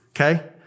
Okay